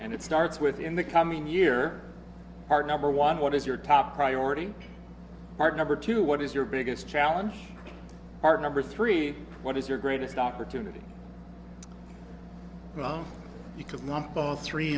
and it starts with in the coming year our number one what is your top priority our number two what is your biggest challenge our number three what is your greatest opportunity you could